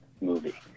movie